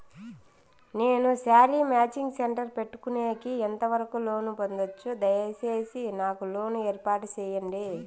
నేను sari matching centre పెట్టుకునేకి ఎంత వరకు లోను పొందొచ్చు? దయసేసి నాకు లోను ఏర్పాటు సేయండి?